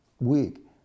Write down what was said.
week